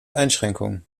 einschränkungen